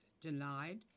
denied